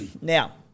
Now